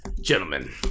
Gentlemen